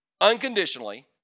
unconditionally